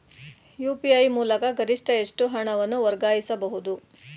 UPI ಮೂಲಕ ಗರಿಷ್ಠ ಎಷ್ಟು ಹಣವನ್ನು ವರ್ಗಾಯಿಸಬಹುದು?